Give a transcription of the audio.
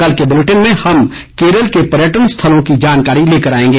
कल के बुलेटिन में हम केरल के पर्यटन स्थलों की जानकारी लेकर आएंगे